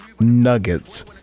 Nuggets